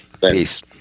Peace